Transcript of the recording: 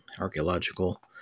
archaeological